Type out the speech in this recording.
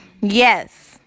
Yes